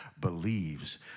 believes